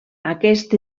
aquest